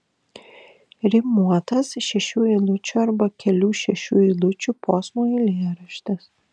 rimuotas šešių eilučių arba kelių šešių eilučių posmų eilėraštis